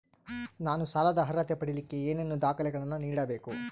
ನಾನು ಸಾಲದ ಅರ್ಹತೆ ಪಡಿಲಿಕ್ಕೆ ಏನೇನು ದಾಖಲೆಗಳನ್ನ ನೇಡಬೇಕು?